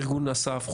ארגון א.ס.ף.